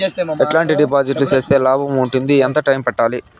ఎట్లాంటి డిపాజిట్లు సేస్తే లాభం ఉంటుంది? ఎంత టైము పెట్టాలి?